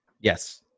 Yes